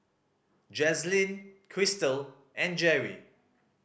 Jazlene Crystal and Gerri